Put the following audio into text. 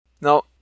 Now